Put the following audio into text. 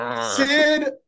Sid